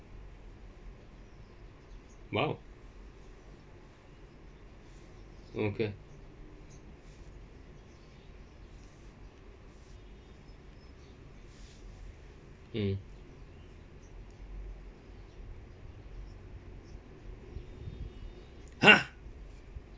!wow! okay mm !huh!